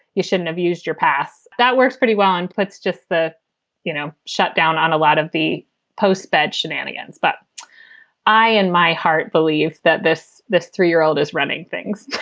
you shouldn't have used your pass. that works pretty well and puts just the you know shut down on a lot of the post bed shenanigans. but i in my heart believe that this this three year old is running things